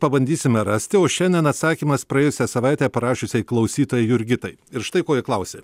pabandysime rasti o šiandien atsakymas praėjusią savaitę parašiusiai klausytojai jurgitai ir štai ko ji klausė